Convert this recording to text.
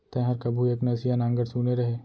तैंहर कभू एक नसिया नांगर सुने रहें?